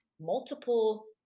multiple